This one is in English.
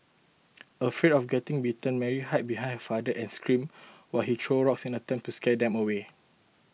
afraid of getting bitten Mary hid behind her father and screamed while he threw rocks in an attempt to scare them away